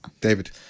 David